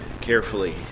carefully